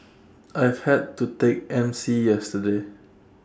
I've had to take M C yesterday